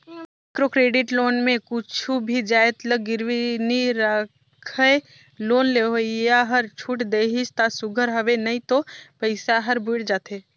micro credit loan में कुछु भी जाएत ल गिरवी नी राखय लोन लेवइया हर छूट देहिस ता सुग्घर हवे नई तो पइसा हर बुइड़ जाथे